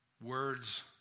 words